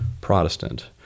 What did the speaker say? Protestant